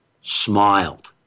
smiled